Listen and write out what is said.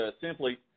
Simply